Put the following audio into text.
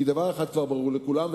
כי דבר אחד כבר ברור לכולם,